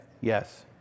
Yes